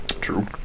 True